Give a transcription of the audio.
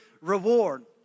reward